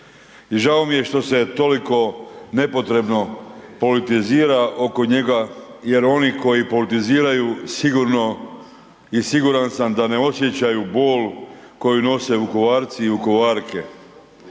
žao mi je što se toliko nepotrebno politizira oko njega jer oni koji politiziraju sigurno i siguran sam da ne osjećaju bol koju nose Vukovarci i Vukovarke,